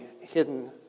hidden